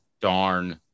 darn